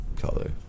color